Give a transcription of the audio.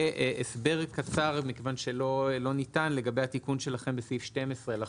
והסבר קצר מכיוון שלא ניתן לגבי התיקון שלכם בסעיף 12 לחוק.